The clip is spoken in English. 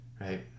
right